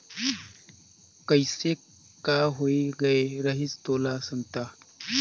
कइसे का होए गये रहिस तोला संगता